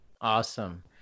Awesome